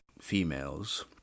females